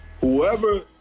Whoever